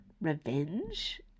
revenge